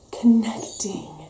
connecting